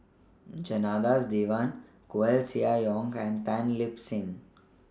Janadas Devan Koeh Sia Yong and Tan Lip Seng